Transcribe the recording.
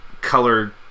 color